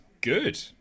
Good